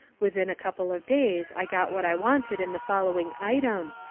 within a couple of days i got what i wanted in the following item,